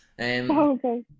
okay